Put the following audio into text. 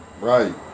Right